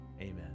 Amen